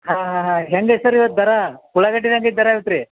ಹಾಂ ಹಾಂ ಹಾಂ ಹೆಂಗಾಯ್ತು ಸರ್ ಇವತ್ತು ದರ ಉಳ್ಳಾಗಡ್ಡಿ ಹೆಂಗಾಯ್ತು ದರ ಇವತ್ತು ರೀ